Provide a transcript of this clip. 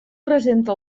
presenta